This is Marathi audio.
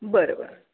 बरं बरं